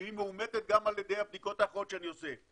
שהיא מאומתת גם על ידי הבדיקות האחרות שאני עושה,